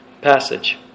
Passage